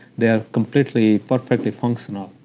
they're completely perfectly functional,